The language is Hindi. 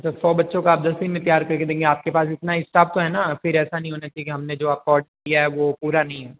अच्छा सौ बच्चों का आप दस दिन में तैयार करके देंगे आपके पास इतना स्टाफ तो है ना फिर ऐसा नहीं होना चाहिए कि हमने जो आपको ऑर्डर दिया है वो पूरा नहीं है